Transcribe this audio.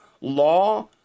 law